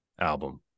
album